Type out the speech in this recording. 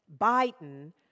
Biden